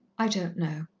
i don't know.